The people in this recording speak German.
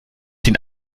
den